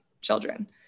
children